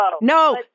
No